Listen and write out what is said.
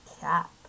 cap